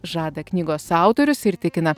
žada knygos autorius ir tikina